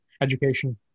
education